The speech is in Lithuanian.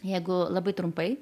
jeigu labai trumpai